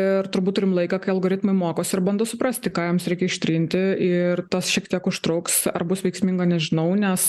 ir turbūt turim laiką kai algoritmai mokosi ir bando suprasti ką jiems reikia ištrinti ir tas šiek tiek užtruks ar bus veiksminga nežinau nes